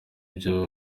byo